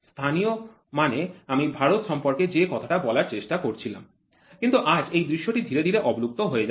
স্থানীয় মানে আমি ভারত সম্পর্কে যে কথাটা বলার চেষ্টা করছিলাম কিন্তু আজ এই দৃশ্যটি ধীরে ধীরে অবলুপ্ত হয়ে যাচ্ছে